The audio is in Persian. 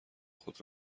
خود